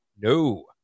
No